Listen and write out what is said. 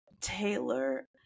Taylor